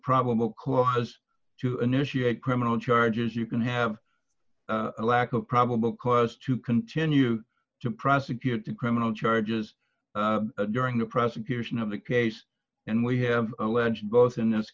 probable cause to initiate criminal charges you can have a lack of probable cause to continue to prosecute criminal charges during the prosecution of the case and we have alleged both in this